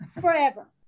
forever